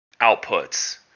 outputs